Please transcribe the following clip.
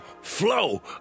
flow